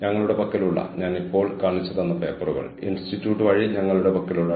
ഉദാഹരണത്തിന് വസ്ത്രനിർമ്മാണ കമ്പനികളിൽ കുക്കി കട്ട് വസ്ത്രങ്ങൾ ഉണ്ടെന്ന് നിങ്ങൾക്കറിയാം